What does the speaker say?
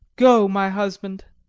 go, my husband!